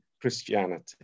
Christianity